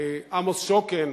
עמוס שוקן,